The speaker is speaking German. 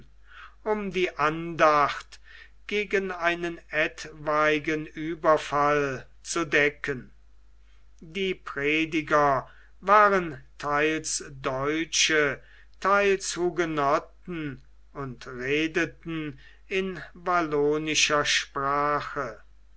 um die andacht gegen einen etwanigen ueberfall zu decken die prediger waren theils deutsche theils hugenotten und redeten in wallonischer sprache